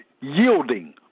yielding